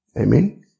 Amen